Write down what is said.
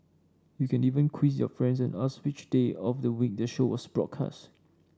you can even quiz your friends and ask which day of the week the show was broadcast